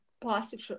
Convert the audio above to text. plastic